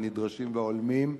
הנדרשים וההולמים,